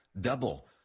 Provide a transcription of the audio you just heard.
double